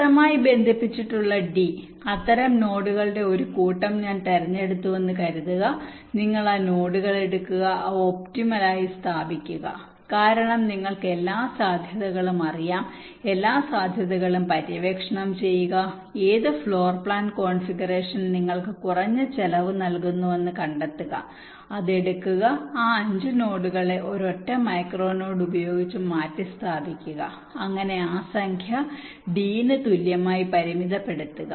ശക്തമായി ബന്ധിപ്പിച്ചിട്ടുള്ള d അത്തരം നോഡുകളുടെ ഒരു കൂട്ടം ഞാൻ തിരഞ്ഞെടുത്തുവെന്ന് കരുതുക നിങ്ങൾ ആ നോഡുകൾ എടുക്കുക അവ ഒപ്റ്റിമൽ ആയി സ്ഥാപിക്കുക കാരണം നിങ്ങൾക്ക് എല്ലാ സാധ്യതകളും അറിയാം എല്ലാ സാധ്യതകളും പര്യവേക്ഷണം ചെയ്യുക ഏത് ഫ്ലോർ പ്ലാൻ കോൺഫിഗറേഷൻ നിങ്ങൾക്ക് കുറഞ്ഞ ചിലവ് നൽകുന്നുവെന്ന് കണ്ടെത്തുക അത് എടുക്കുക ആ അഞ്ച് നോഡുകളെ ഒരൊറ്റ മൈക്രോ നോഡ് ഉപയോഗിച്ച് മാറ്റിസ്ഥാപിക്കുക അങ്ങനെ ആ സംഖ്യ d ന് തുല്യമായി പരിമിതപ്പെടുത്തുക